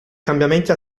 cambiamenti